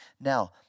now